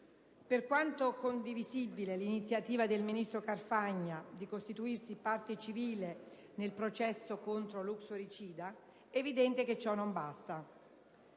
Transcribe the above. Per quanto condivisibile l'iniziativa del ministro Carfagna di costituirsi parte civile nel processo contro l'uxoricida, è evidente che ciò non basta.